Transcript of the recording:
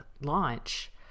launch